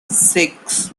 six